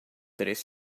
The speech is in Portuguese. três